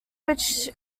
which